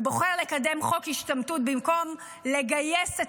ובוחר לקדם חוק השתמטות במקום לגייס את